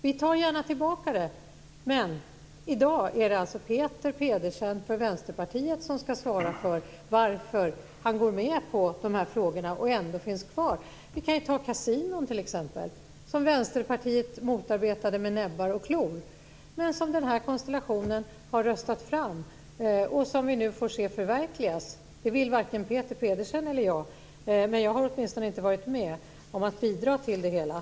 Vi tar gärna tillbaka det, men i dag är det alltså Peter Pedersen som för Vänsterpartiet ska svara för varför han går med på detta och ändå finns kvar. Vi kan ta exemplet med kasinon. Kasinon var något som Vänsterpartiet motarbetade med näbbar och klor, men som den här konstellationen har röstat fram och som vi nu får se förverkligas. Det vill varken Peter Pedersen eller jag, men jag har åtminstone inte varit med om att bidra till det hela.